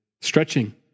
Stretching